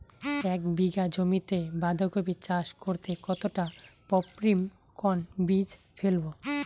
এক বিঘা জমিতে বাধাকপি চাষ করতে কতটা পপ্রীমকন বীজ ফেলবো?